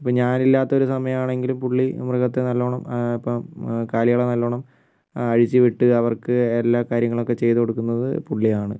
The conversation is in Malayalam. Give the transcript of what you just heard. ഇപ്പം ഞാനില്ലാത്ത ഒരു സമയമാണെങ്കിലും പുള്ളി മൃഗത്തെ നല്ലോണം കാലികളെ നല്ലോണം അഴിച്ച് വിട്ട് അവർക്ക് എല്ലാ കാര്യങ്ങളൊക്കെ ചെയ്തുക്കൊടുക്കുന്നത് പുള്ളിയാണ്